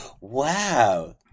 Wow